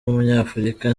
w’umunyafurika